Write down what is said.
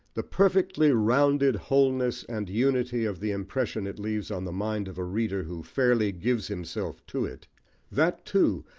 the perfectly rounded wholeness and unity of the impression it leaves on the mind of a reader who fairly gives himself to it that, too,